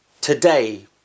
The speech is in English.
today